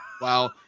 Wow